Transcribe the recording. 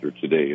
today